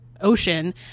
ocean